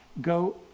go